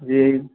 جی